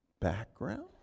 background